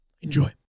enjoy